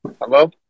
Hello